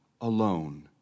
alone